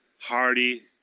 Hardy